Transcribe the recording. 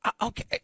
Okay